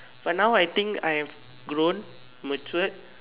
but now I think I have grown matured